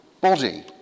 body